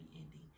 ending